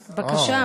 חס וחלילה ושלום,